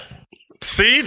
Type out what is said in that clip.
See